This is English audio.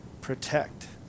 protect